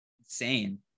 insane